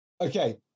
Okay